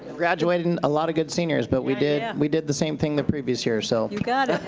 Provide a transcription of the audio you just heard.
graduating a lotta good seniors, but we did and we did the same thing the previous year. so you got it.